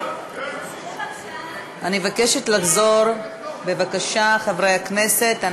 אני מבקשת לחזור, בבקשה, חברי הכנסת.